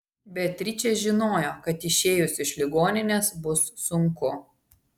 beatričė žinojo kad išėjus iš ligoninės bus sunku